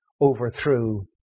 overthrew